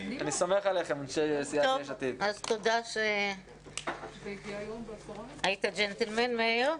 תודה שהיית ג'נטלמן, מאיר.